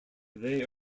they